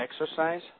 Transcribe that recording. exercise